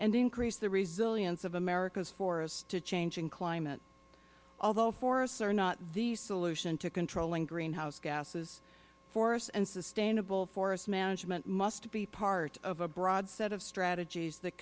and increase the resilience of america's forests to changing climate although forests are not the solution to controlling greenhouse gases forests and sustainable forest management must be part of a broad set of strategies that